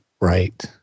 Right